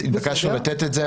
התבקשנו לתת את זה.